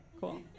cool